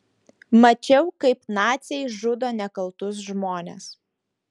mačiau kaip naciai žudo nekaltus žmones